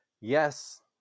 Yes